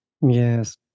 Yes